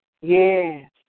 Yes